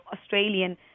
Australian